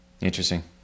Interesting